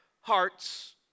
hearts